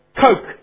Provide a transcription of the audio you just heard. Coke